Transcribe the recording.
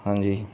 ਹਾਂਜੀ